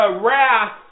wrath